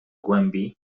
głębi